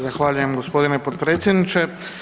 Zahvaljujem g. potpredsjedniče.